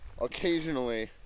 occasionally